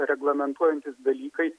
reglamentuojantys dalykai